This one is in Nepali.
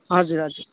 हजुर हजुर